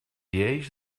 lleis